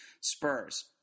Spurs